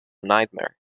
nightmare